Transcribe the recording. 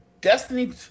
destiny